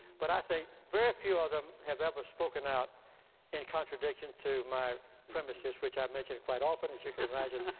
but i think very few of them have ever spoken out in contradiction to my premises, which i've mentioned quite often, as you can imagine,